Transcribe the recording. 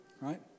Right